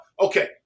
Okay